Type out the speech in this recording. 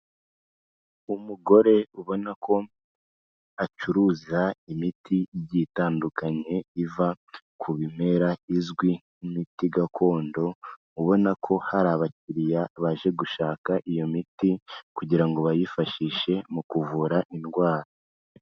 Umugore ubona ko acuruza imiti igiye itandukanye iva ku bimera izwi nk'imiti gakondo, ubona ko hari abakiriya baje gushaka iyo miti kugira ngo bayifashishe mu kuvura indwara.